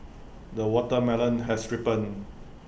the watermelon has ripened